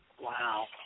Wow